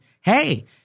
Hey